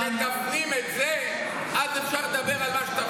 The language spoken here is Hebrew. כשתפנים את זה, אז אפשר לדבר על מה שאתה רוצה.